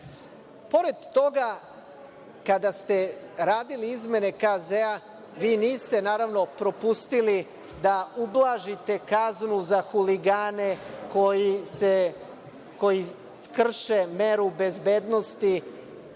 toga, kada ste radili izmene Krivičnog zakonika, vi niste, naravno, propustili da ublažite kaznu za huligane koji krše meru bezbednosti